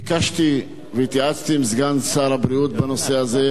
ביקשתי והתייעצתי עם סגן שר הבריאות בנושא הזה.